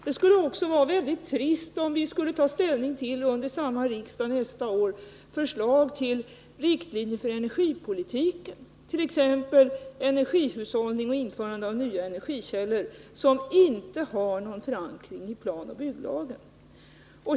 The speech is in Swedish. Det skulle också vara väldigt trist om vi under samma riksmöte dvs. nästa år, skulle ta ställning till ett förslag om riktlinjer för energipolitiken, t.ex. energihushållningen och införandet av nya energikällor, som inte har någon förankring i planoch bygglagen.